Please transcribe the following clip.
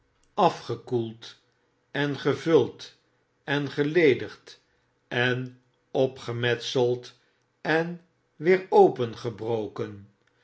gekoeld en gevuld en geledigd en opgemetseld en weer opengebroken